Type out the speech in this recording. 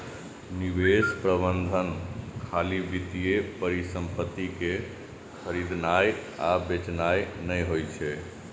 निवेश प्रबंधन खाली वित्तीय परिसंपत्ति कें खरीदनाय आ बेचनाय नहि होइ छै